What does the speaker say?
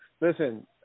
Listen